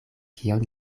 kion